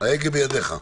ההגה בידיך.